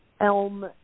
elm